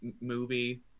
movie